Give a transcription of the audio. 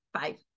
five